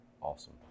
Awesome